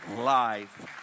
life